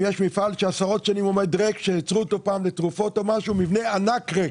יש מפעל שעומד ריק מזה עשרות שנים; מבנה ענק וריק.